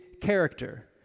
character